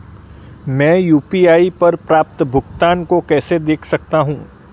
मैं यू.पी.आई पर प्राप्त भुगतान को कैसे देख सकता हूं?